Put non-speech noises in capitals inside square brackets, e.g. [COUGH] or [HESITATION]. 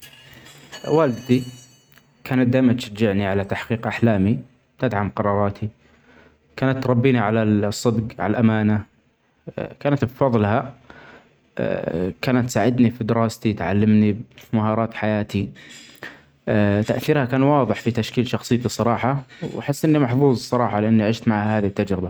والدتي [NOISE] كانت دايما تشجعني علي تحقيق أحلامي تدعم قراراتي كانت تربيني علي ال-الصدج الأمانة كانت بفظلها [HESITATION] كانت تساعدني في دراستي تعلمني في مهارات حياتي [NOISE] تأثيرها كان واظح في تشكيل شخصيتي صراحة وأحس أني محظوظ صراحة لإني عشت معاها هادي التحربة.